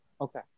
okay